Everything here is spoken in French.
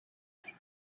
années